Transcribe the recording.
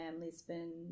Lisbon